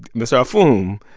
mr. afum,